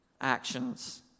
actions